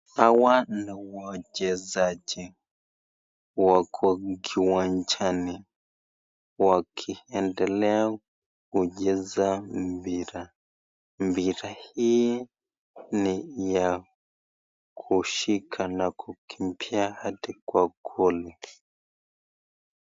Hawa ni wachezaji wako kiwanjani wakiendelea kucheza mpira. Mpira hii ni ya kushika na kukimbia hadi kwa goli.